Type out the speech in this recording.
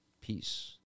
Peace